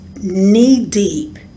knee-deep